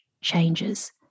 changes